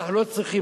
אנחנו לא צריכים,